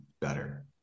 better